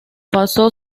pasó